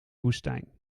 woestijn